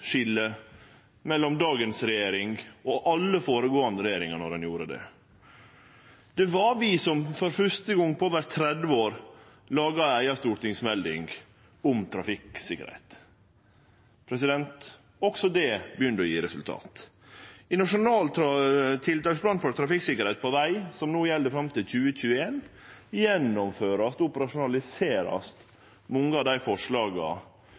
tidsskilje mellom dagens regjering og alle føregåande regjeringar då ein gjorde det. Det var vi som for fyrste gong på over 30 år laga ei eiga stortingsmelding om trafikksikkerheit. Også det begynner å gje resultat. I Nasjonal tiltaksplan for trafikksikkerhet på veg, som no gjeld fram til 2021, vil ein gjennomføre og operasjonalisere mange av